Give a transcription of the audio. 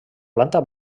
planta